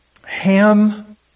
Ham